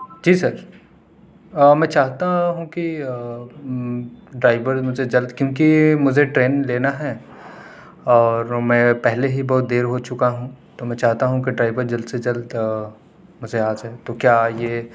جی sir میں چاہتا ہوں کہ ڈرائیور مجھے جلد کیوںکہ مجھے ٹرین لینا ہیں اور میں پہلے ہی بہت دیر ہو چکا ہوں تو میں چاہتا ہوں کہ ڈرائیور جلد سے جلد مجھے آ جائے تو کیا یہ